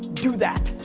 do that.